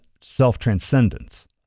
self-transcendence